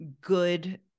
good